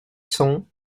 cents